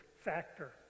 factor